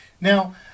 Now